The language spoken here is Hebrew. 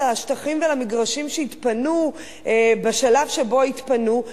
השטחים והמגרשים שיתפנו בשלב שבו יתפנו,